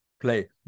play